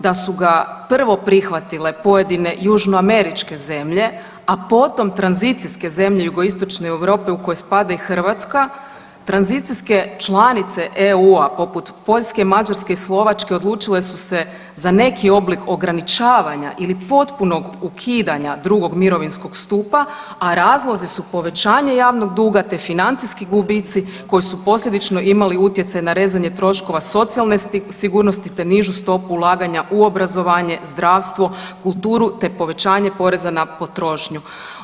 Da su ga prvo prihvatile pojedine južnoameričke zemlje, a potom tranzicijske zemlje jugoistočne Europe u koje spada i Hrvatska, tranzicijske članice EU poput Poljske, Mađarske i Slovačke odlučile su se za neki oblik ograničavanja ili potpunog ukidanja drugo mirovinskog stupa, a razlozi su povećanje javnog duga te financijski gubici koji su posljedično imali utjecaj na rezanje troškova socijalne sigurnosti te nižu stopu ulaganja u obrazovanje, zdravstvo, kulturu te povećanje poreza na potrošnju.